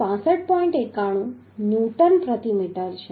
91 newton પ્રતિ metre છે